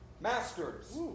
masters